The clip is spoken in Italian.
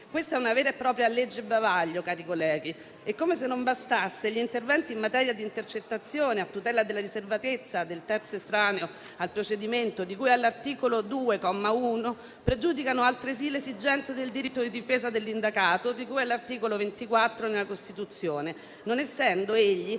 Questa è una vera e propria legge bavaglio, cari colleghi, e, come se non bastasse, gli interventi in materia di intercettazione a tutela della riservatezza del terzo estraneo al procedimento, di cui all'articolo 2, comma 1, pregiudicano altresì l'esigenza del diritto di difesa dell'indagato, di cui all'articolo 24 della Costituzione, non essendo egli